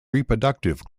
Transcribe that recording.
reproductive